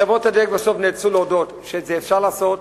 חברות הדלק בסוף נאלצו להודות שאת זה אפשר לעשות.